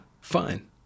Fine